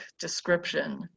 description